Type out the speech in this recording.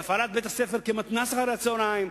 והפעלת בית-הספר כמתנ"ס אחר-הצהריים,